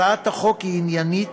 הצעת החוק היא עניינית,